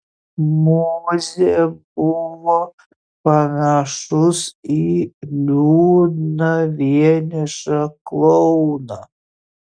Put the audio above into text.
mozė buvo panašus į liūdną vienišą klouną